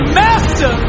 master